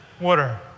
water